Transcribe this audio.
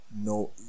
no